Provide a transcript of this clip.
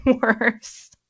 worse